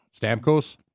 Stamkos